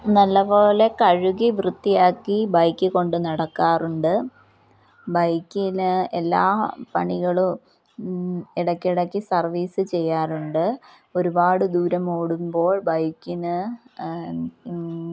നല്ലപോലെ കഴുകി വൃത്തിയാക്കി ബൈക്ക് കൊണ്ട് നടക്കാറുണ്ട് ബൈക്കിന് എല്ലാ പണികളും ഇടയ്ക്കിടയ്ക്ക് സർവീസ് ചെയ്യാറുണ്ട് ഒരുപാട് ദൂരം ഓടുമ്പോൾ ബൈക്കിന്